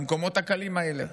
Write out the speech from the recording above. למקומות הקלים האלה.